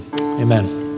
Amen